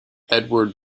edward